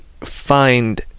find